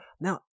now